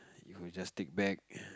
it would just take back